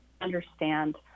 understand